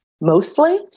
mostly